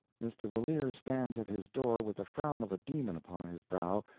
mr. valeer stands at his door with the frown of a demon upon his brow,